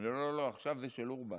הם אומרים: לא לא לא, עכשיו זה של אורבן,